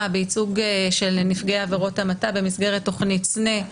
בייצוג של נפגעי עבירות המתה במסגרת תוכנית סנ"ה,